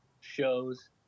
shows